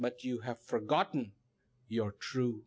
but you have forgotten your true